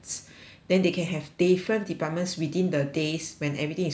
then they can have different departments within the days when everything is over lah